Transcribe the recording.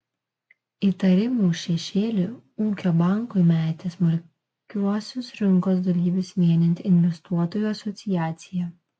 įtarimų šešėlį ūkio bankui metė smulkiuosius rinkos dalyvius vienijanti investuotojų asociacija